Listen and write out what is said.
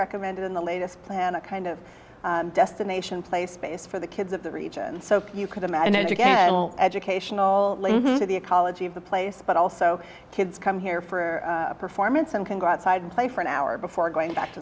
recommended in the latest plan a kind of destination play space for the kids of the region so you could imagine and you get educational for the ecology of the place but also kids come here for performance and can go outside and play for an hour before going back to